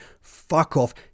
fuck-off